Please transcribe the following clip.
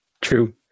True